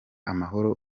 amahoro